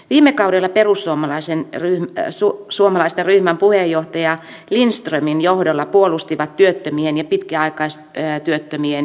viime kaudella perussuomalaiset ryhmän puheenjohtaja lindströmin johdolla puolustivat työttömien ja pitkäaikaistyöttömien ihmisarvoa